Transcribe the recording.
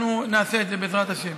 אנחנו נעשה את זה, בעזרת השם.